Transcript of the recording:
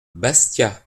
bastia